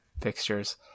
fixtures